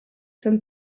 from